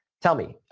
tell me,